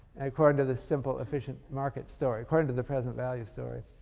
according to this simple efficient markets story according to the present value story.